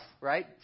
right